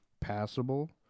passable